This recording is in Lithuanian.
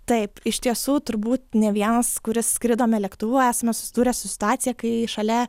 taip iš tiesų turbūt ne vienas kuris skridome lėktuvu esame susidūrę su situacija kai šalia